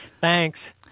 Thanks